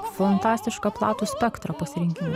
fantastišką platų spektrą pasirinkimui